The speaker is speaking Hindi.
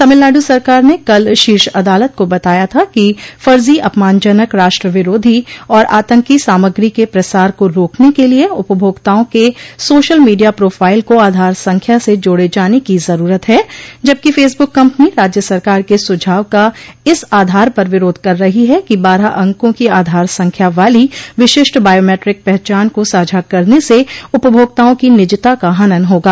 तमिलनाडु सरकार ने कल शीर्ष अदालत को बताया था कि फर्जो अपमानजनक राष्ट्र विरोधी और आतंकी सामग्री के प्रसार को रोकने के लिए उपभोक्ताओं के सोशल मीडिया प्रोफाइल को आधार संख्या से जोड़े जाने की जरूरत है जबकि फेसबुक कम्पनी राज्य सरकार के सुझाव का इस आधार पर विरोध कर रही है कि बारह अंकों की आधार संख्या वाली विशिष्ट बॉयोमेट्रिक पहचान को साझा करने से उपभोक्ताओं की निजता का हनन होगा